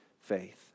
faith